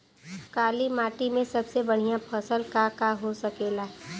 काली माटी में सबसे बढ़िया फसल का का हो सकेला?